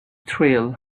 thrill